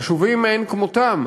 חשובים מאין כמותם,